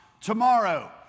tomorrow